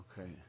Okay